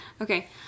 Okay